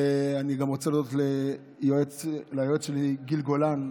אני גם רוצה להודות ליועץ שלי גיל גולן.